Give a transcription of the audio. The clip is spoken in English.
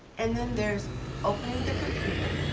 and then there's opening the computer.